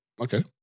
Okay